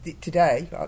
today